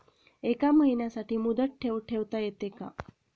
एका महिन्यासाठी मुदत ठेव ठेवता येते का?